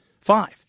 five